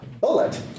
bullet